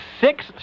six